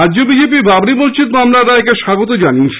রাজ্য বিজেপি বাবরি মসজিদ মামলার রায়কে স্বাগত জানিয়েছে